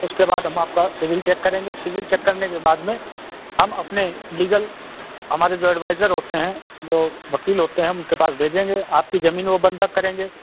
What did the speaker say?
उसके बाद हम आपका सिवल चेक करेंगे सिवल चेक करने के बाद में हम अपने लीगल हमारे जो एड्वाइजर होते हैं जो वकील होते हैं उनके पास भेजेंगे आपकी जमीन वो बंधक करेंगे